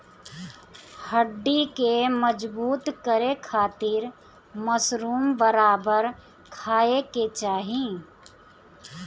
हड्डी के मजबूत करे खातिर मशरूम बराबर खाये के चाही